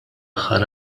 aħħar